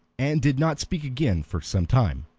and did not speak again for some time.